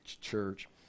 church